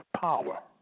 power